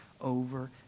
over